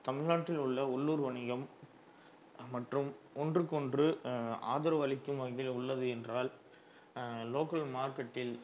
தமிழ்நாட்டில் உள்ள உள்ளூர் வணிகம் மற்றும் ஒன்றுக்கொன்று ஆதரவளிக்கும் வகையில் உள்ளது என்றால் லோக்கல் மார்க்கெட்டில்